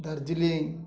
Darjeeling